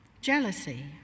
jealousy